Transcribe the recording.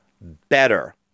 better